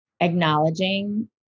acknowledging